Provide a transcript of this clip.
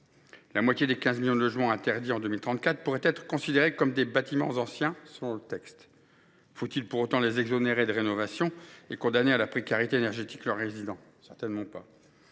la moitié des 15 millions de logements qui seront interdits en 2034 pourraient être considérés comme des bâtiments anciens. Cependant, faut il à ce titre les exonérer de rénovation et condamner à la précarité énergétique leurs résidents ? Certainement pas.